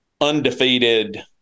undefeated